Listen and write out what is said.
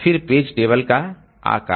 फिर page table का आकार